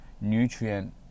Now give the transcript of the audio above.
nutrient